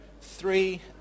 three